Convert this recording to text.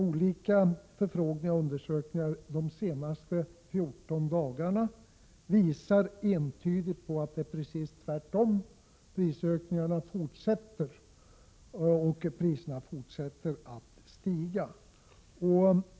Olika förfrågningar och undersökningar under de senaste 14 dagarna visar entydigt att det är precis tvärtom — priserna fortsätter att stiga.